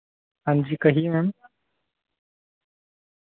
हांजी कहिये मैम